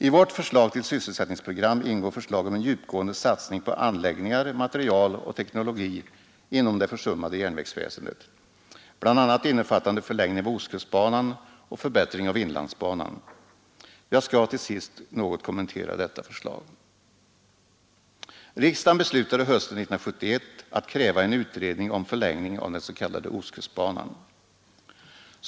I vårt förslag till sysselsättningsprogram ingår förslag om en djupgående satsning på anläggningar, materiel och teknologi inom det försummade järnvägsväsendet, bl.a. innefattande förlängning av ostkustbanan och förbättring av inlandsbanan. Jag skall till sist något kommentera detta förslag. Riksdagen beslutade hösten 1971 att kräva en utredning om förlängning av den s.k. ostkustbanan.